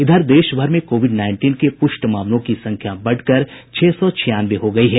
इधर देशभर में कोविड नाईनटीन के प्रष्ट मामलों की संख्या बढ़कर छह सौ छियानवे हो गयी है